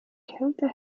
kälte